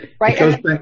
Right